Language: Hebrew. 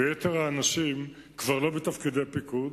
ויתר האנשים כבר לא בתפקידי פיקוד,